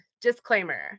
disclaimer